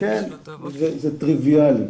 זה טריוויאלי.